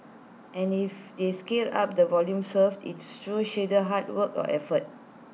and if they scale up the volume served it's through sheer hard work and effort